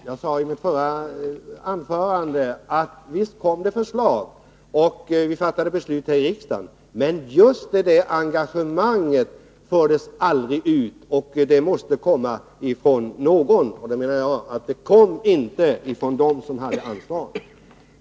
Herr talman! Jag sade i mitt förra inlägg att visst kom det förslag och visst fattade vi beslut här i riksdagen, men det blev aldrig något verkligt engagemang hos dem som hade ansvar.